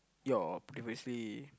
your previously